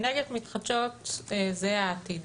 אנרגיות מתחדשות זה העתיד.